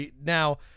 now